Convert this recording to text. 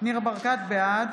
בעד